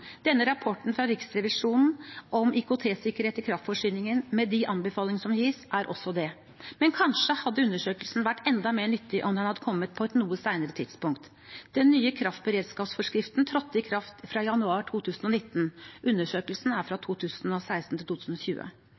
Denne rapporten fra Riksrevisjonen om IKT-sikkerhet i kraftforsyningen, med de anbefalingene som gis, er også det. Men kanskje hadde undersøkelsen vært enda mer nyttig om den hadde kommet på et noe senere tidspunkt. Den nye kraftberedskapsforskriften trådte i kraft fra januar 2019. Undersøkelsen er fra 2016–2020. NVE ønsket å gi virksomhetene anledning til